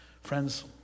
Friends